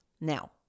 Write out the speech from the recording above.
now